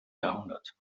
jahrhundert